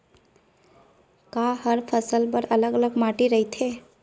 का हर फसल बर अलग अलग माटी रहिथे?